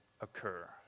occur